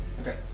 Okay